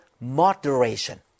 moderation